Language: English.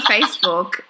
Facebook